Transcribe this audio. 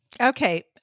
Okay